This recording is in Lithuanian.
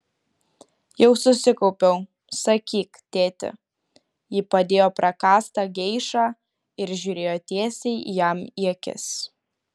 jau susikaupiau sakyk tėti ji padėjo prakąstą geišą ir žiūrėjo tiesiai jam į akis